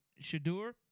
Shadur